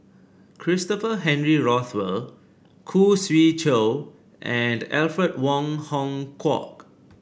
Christopher Henry Rothwell Khoo Swee Chiow and Alfred Wong Hong Kwok